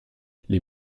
les